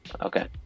Okay